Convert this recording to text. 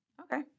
Okay